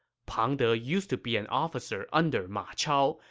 pang de used to be an officer under ma chao,